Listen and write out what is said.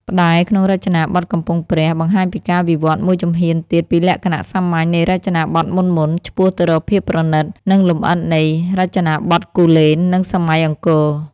ផ្តែរក្នុងរចនាបថកំពង់ព្រះ បង្ហាញពីការវិវត្តន៍មួយជំហានទៀតពីលក្ខណៈសាមញ្ញនៃរចនាបថមុនៗ ឆ្ពោះទៅរកភាពប្រណិត និងលម្អិតនៃរចនាបថគូលែន និងសម័យអង្គរ។